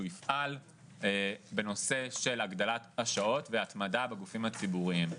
שהוא יפעל בנושא של הגדלת השעות והתמדה בגופים הציבוריים.